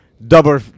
Double